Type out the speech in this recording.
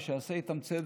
ושייעשו איתם צדק,